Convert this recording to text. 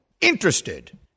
interested—